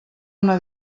una